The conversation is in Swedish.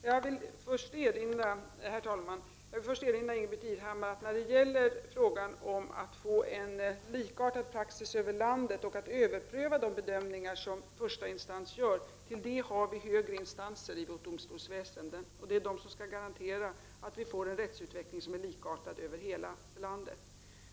Herr talman! Jag vill först erinra Ingbritt Irhammar om att när det gäller frågan om att få en likartad praxis över landet och att överpröva de bedömningar som första instans gör har vi högre instanser i vårt domstolsväsende. Det är de som skall garantera att vi får en rättsutveckling som är likartad över hela landet.